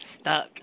stuck